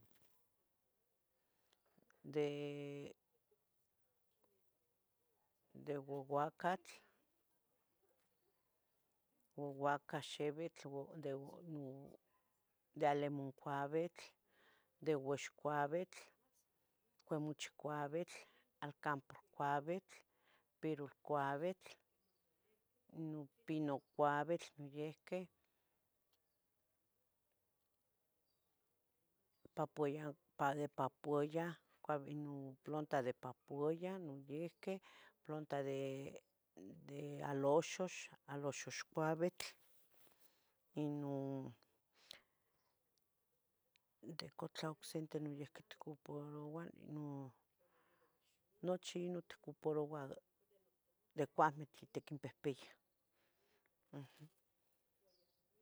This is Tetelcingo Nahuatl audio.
De uauacatl, uauacaxivitl, de alimoncuauitl, de uixcuauitl, uamochicuauitl, alcanporcuauitl, pirulcuauitl, pinohcuauitl noyehqueh, ruido de papuyah de papuyah, inon planta de papuyah noyehquih, planta de aloxox, aloxospouitl. ¿De cotlah ocsete noyiuqui tocoparouah? No nochi inon tocoparouah, de cuauitl tiquinpihpiyah.